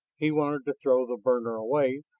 he wanted to throw the burner away,